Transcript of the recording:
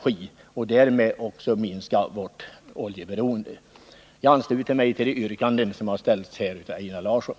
Därmed skulle vi också kunna minska vårt oljeberoende. Jag ansluter mig till de yrkanden som har ställts av Einar Larsson.